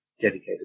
dedicated